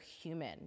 human